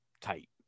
tight